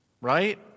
right